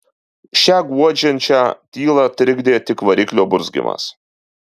šią guodžiančią tylą trikdė tik variklio burzgimas